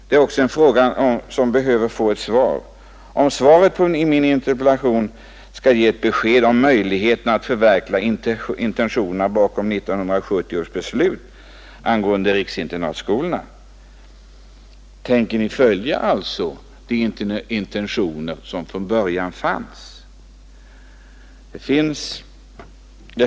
Det är också en fråga som tarvar ett svar, för att svaret på min interpellation skall ge ett besked om möjligheterna att förverkliga intentionerna bakom 1970 års beslut angående riksinternatskolor. Tänker Ni alltså följa de intentioner som från början fanns?